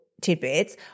tidbits